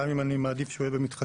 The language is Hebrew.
גם אם אני מעדיף שהוא יהיה במתחדשות,